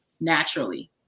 naturally